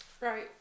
Right